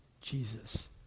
Jesus